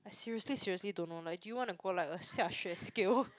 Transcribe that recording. I seriously seriously don't know leh do you want to go like to a Xiaxue scale